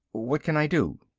what can i do?